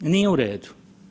Nije u redu.